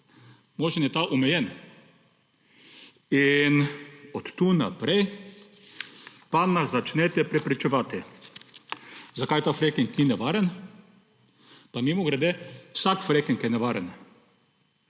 Možen je ta omejen. Od tukaj naprej pa nas začnete prepričevati, zakaj ta fracking ni nevaren – pa mimogrede, vsak fracking je nevaren